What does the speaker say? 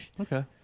Okay